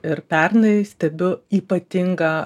ir pernai stebiu ypatingą